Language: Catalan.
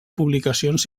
publicacions